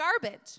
garbage